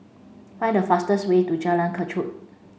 find the fastest way to Jalan Kechot